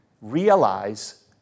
realize